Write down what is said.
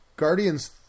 Guardians